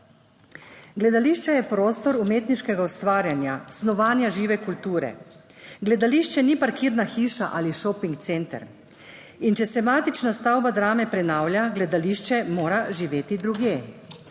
Gledališče je prostor umetniškega ustvarjanja, snovanja, žive kulture, gledališče ni parkirna hiša ali šoping center. In če se matična stavba Drame prenavlja, gledališče mora živeti drugje.